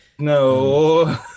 No